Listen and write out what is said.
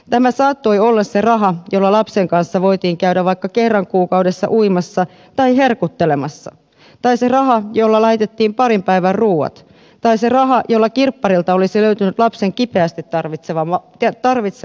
tämä saattoi olla se raha jolla lapsen kanssa voitiin käydä vaikka kerran kuukaudessa uimassa tai herkuttelemassa tai se raha jolla laitettiin parin päivän ruuat tai se raha jolla kirpparilta olisi löytynyt lapsen kipeästi tarvitsema vaate